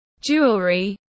jewelry